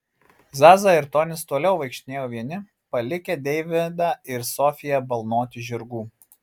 zaza ir tonis toliau vaikštinėjo vieni palikę deividą ir sofiją balnoti žirgų